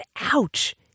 ouch